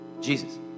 Jesus